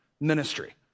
ministry